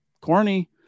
Corny